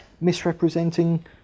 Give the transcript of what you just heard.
misrepresenting